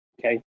okay